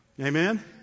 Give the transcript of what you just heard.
Amen